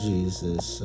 Jesus